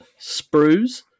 sprues